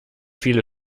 viele